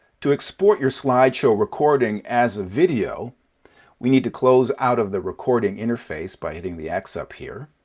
to export your slideshow recording as a video we need to close out of the recording interface by hitting the x up here.